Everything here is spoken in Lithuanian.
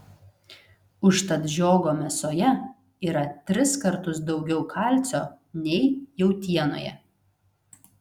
užtat žiogo mėsoje yra tris kartus daugiau kalcio nei jautienoje